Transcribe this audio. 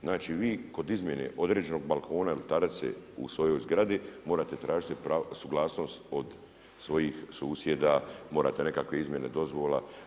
Znači, vi kod izmjene određenog balkona … u svojoj zgradi, morate tražiti suglasnost od svojih susjeda, morate nekakve izmjena, dozvola.